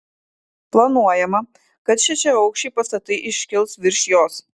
planuojama kad šešiaaukščiai pastatai iškils virš jos